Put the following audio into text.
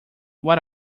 what